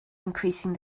increasing